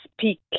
speak